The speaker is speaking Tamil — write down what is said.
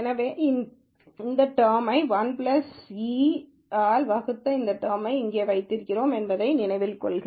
எனவே இந்த டெர்மை 1 e சக்தியால் வகுத்த இந்த டெர்மை இங்கே வைத்திருந்தோம் என்பதை நினைவில் கொள்க